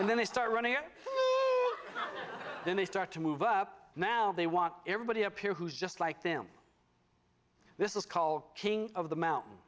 and then they start running and then they start to move up now they want everybody up here who's just like them this is called king of the mountain